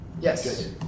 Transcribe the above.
Yes